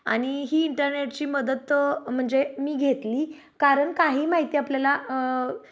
आणि ही इंटरनेटची मदत म्हणजे मी घेतली कारण काही माहिती आपल्याला